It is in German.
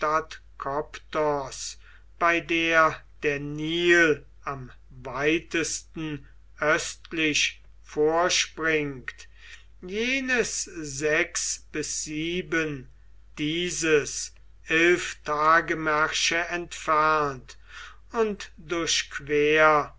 bei der der nil am weitesten östlich vorspringt jenes sechs bis sieben dieses elf tagemärsche entfernt und durch